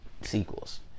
sequels